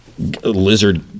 lizard